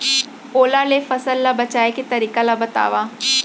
ओला ले फसल ला बचाए के तरीका ला बतावव?